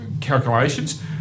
calculations